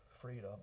freedom